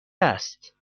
هست